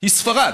היא ספרד.